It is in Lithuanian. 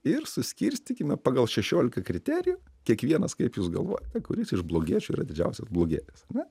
ir suskirstykime pagal šešiolika kriterijų kiekvienas kaip jūs galvojate kuris iš blogiečių yra didžiausias blogietis ane